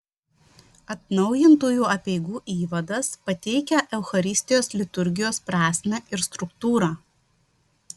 atnaujintųjų apeigų įvadas pateikia eucharistijos liturgijos prasmę ir struktūrą